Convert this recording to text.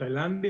התאילנדים,